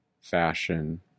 fashion